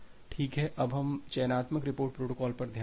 ठीक है अब हम चयनात्मक रिपीट प्रोटोकॉल पर ध्यान दें